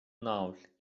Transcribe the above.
nous